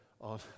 on